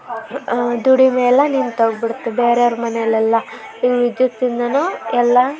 ದುಡಿಮೆ ಎಲ್ಲ ನಿಂತೋಗ್ಬಿಡ್ತು ಬೇರೆ ಅವ್ರ ಮನೆಯಲ್ಲೆಲ್ಲ ಈ ವಿದ್ಯುತ್ತಿಂದಲೂ ಎಲ್ಲ